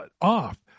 off